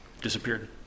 disappeared